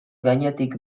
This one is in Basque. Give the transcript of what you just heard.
gainetik